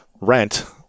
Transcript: rent